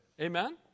Amen